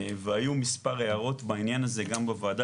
והיו מספר הערות בעניין הזה גם בוועדה